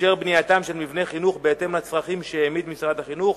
אישר את בנייתם של מבני חינוך בהתאם לצרכים שהעמיד משרד החינוך.